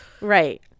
Right